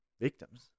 victims